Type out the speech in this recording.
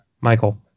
Michael